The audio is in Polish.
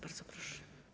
Bardzo proszę.